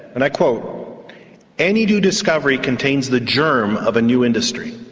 and like any new discovery contains the germ of a new industry.